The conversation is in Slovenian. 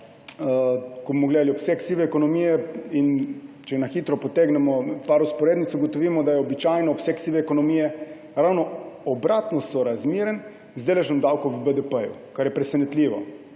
ko bomo gledali obseg sive ekonomije in če na hitro potegnemo nekaj vzporednic, ugotovimo, da je običajno obseg sive ekonomije ravno obratno sorazmeren z deležem davkov v BDP, kar je presenetljivo.